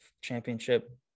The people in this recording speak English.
Championship